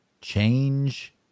change